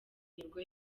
nibwo